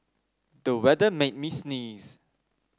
the weather made me sneeze